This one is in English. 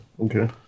Okay